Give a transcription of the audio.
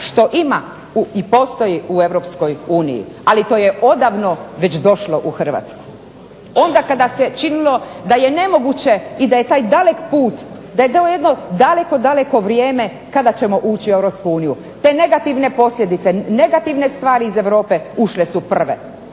što ima i postoji u Europskoj uniji ali to je odavno već došlo u Hrvatsku. Onda kada se činilo da je nemoguće i da je taj dalek put, da je to daleko vrijeme kada ćemo ući u Europsku uniju, te negativne posljedice te negativne stvari iz Europe ušle su prve